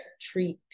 treat